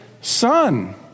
son